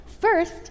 First